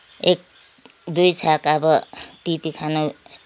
एक दुई छाक अब टिपी खान